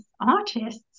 artists